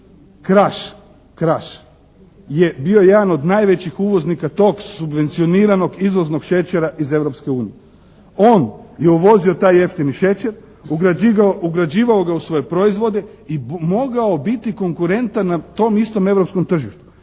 “Kraš“ je bio jedan od najvećih uvoznika tog subvencioniranog izvoznog šećera iz Europske unije. On je uvozio taj jeftini šećer, ugrađivao ga u svoje proizvode i mogao biti konkurentan na tom istom europskom tržištu.